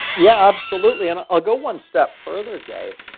yeah, absolutely. and i'll go one step further, dave.